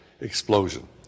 explosion